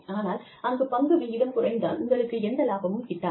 ஆனால் அந்த பங்கு வீதம் குறைந்தால் உங்களுக்கு எந்த லாபமும் கிட்டாது